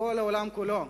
כל העולם כולו